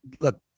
Look